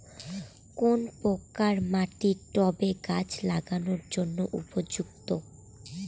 কোন প্রকার মাটি টবে গাছ লাগানোর জন্য উপযুক্ত?